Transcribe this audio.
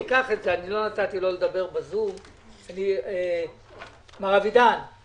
הישיבה ננעלה בשעה 11:32.